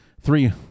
three